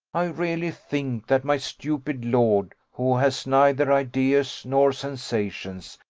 i really think that my stupid lord, who has neither ideas nor sensations,